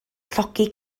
llogi